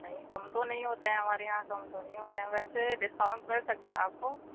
نہیں کم تو نہیں ہوتے ہیں ہمارے یہاں کم تو نہیں ہوتے ہیں ویسے ڈسکاؤنٹ مل سکتا ہے آپ کو